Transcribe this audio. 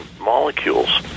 molecules